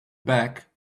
back